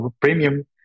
premium